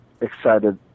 excited